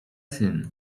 syn